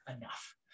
enough